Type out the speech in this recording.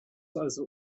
also